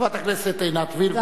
חברת הכנסת עינת וילף, בבקשה.